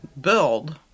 build